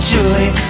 Julie